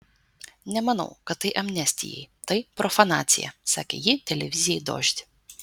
nemanau kad tai amnestijai tai profanacija sakė ji televizijai dožd